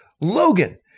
Logan